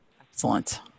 Excellent